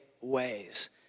ways